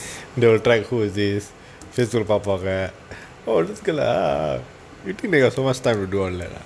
they will type who is this this is பாப்பாங்க:paapanga okay lah you think they got so much time to do that ah